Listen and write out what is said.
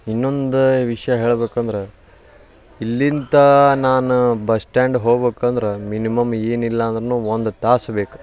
ಇನ್ನೊಂದು ವಿಷಯ ಹೇಳ್ಬೇಕಂದ್ರೆ ಇಲ್ಲಿಂದ ನಾನು ಬಸ್ ಸ್ಟ್ಯಾಂಡ್ ಹೋಗ್ಬೇಕಂದ್ರ ಮಿನಿಮಮ್ ಏನಿಲ್ಲಾಂದ್ರು ಒಂದು ತಾಸು ಬೇಕು